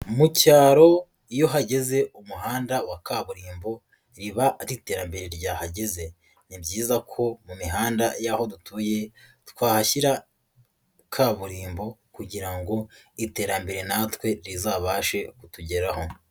Mu cyaro iyo hageze umuhanda wa kaburimbo, riba ari iterambere ryahageze. Ni byiza ko mu mihanda y'aho dutuye, twahashyira kaburimbo kugira ngo iterambere natwe rizabashe kutugeraho.